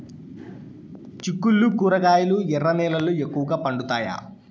చిక్కుళ్లు కూరగాయలు ఎర్ర నేలల్లో ఎక్కువగా పండుతాయా